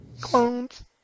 clones